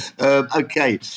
Okay